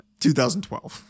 2012